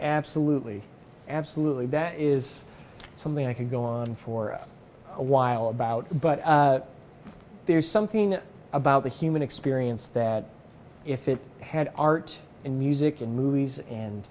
absolutely absolutely that is something i could go on for a while about but there's something about the human experience that if it had art and music and movies and